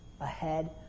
ahead